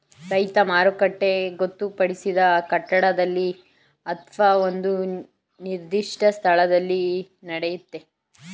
ರೈತ ಮಾರುಕಟ್ಟೆ ಗೊತ್ತುಪಡಿಸಿದ ಕಟ್ಟಡದಲ್ಲಿ ಅತ್ವ ಒಂದು ನಿರ್ದಿಷ್ಟ ಸ್ಥಳದಲ್ಲಿ ನಡೆಯುತ್ತೆ